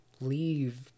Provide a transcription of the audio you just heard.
leave